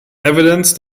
evidence